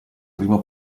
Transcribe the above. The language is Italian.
primo